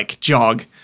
jog